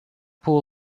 pool